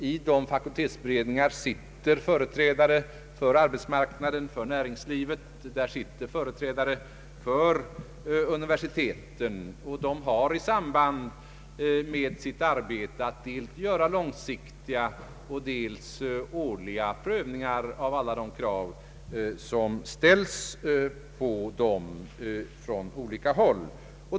I dessa beredningar sitter företrädare för arbetsmarknaden och näringslivet och där sitter företrädare för universiteten. De har att i samband med sitt arbete göra dels långsiktiga, dels årliga prövningar av alla de krav som ställs på dem från olika håll.